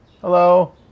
hello